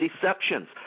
deceptions